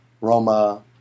Roma